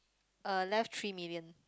uh left three million